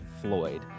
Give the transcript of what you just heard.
Floyd